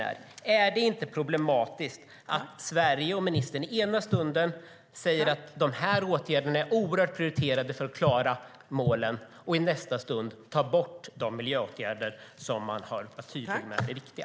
Är det inte problematiskt att Sverige och ministern ena stunden säger att åtgärderna är oerhört prioriterade för att klara målen och i nästa stund tar bort de miljöåtgärder som man tidigare har varit tydlig med är viktiga?